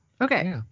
Okay